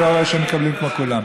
אני לא רואה שהם מקבלים כמו כולם.